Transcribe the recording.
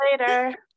later